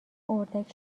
اردک